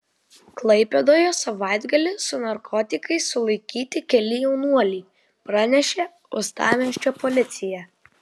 klaipėdoje savaitgalį su narkotikais sulaikyti keli jaunuoliai pranešė uostamiesčio policija